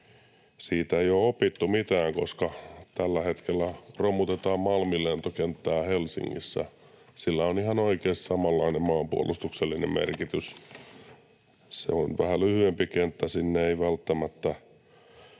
siitä ei ole opittu mitään, koska tällä hetkellä romutetaan Malmin lentokenttää Helsingissä. Sillä on ihan oikeasti samanlainen maanpuolustuksellinen merkitys. Se on vähän lyhyempi kenttä, sinne eivät välttämättä